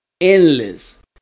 endless